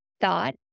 thought